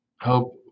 Hope